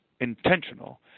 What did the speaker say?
intentional